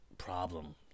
Problem